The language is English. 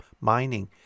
Mining